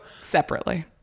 separately